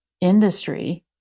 industry